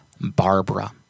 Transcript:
Barbara